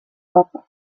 papa